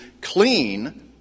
clean